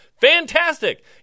Fantastic